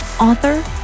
author